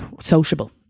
sociable